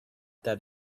that